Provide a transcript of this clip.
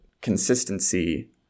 consistency